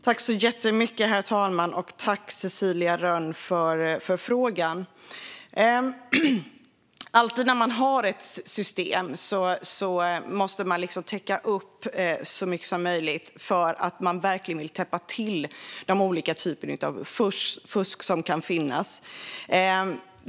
Herr talman! Tack, Cecilia Rönn, för frågan! Alltid när man har ett system måste man täcka upp så mycket som möjligt så att man verkligen täpper till de olika typer av fusk som kan finnas.